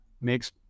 makes